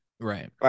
Right